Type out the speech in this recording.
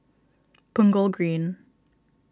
Punggol Green